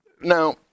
Now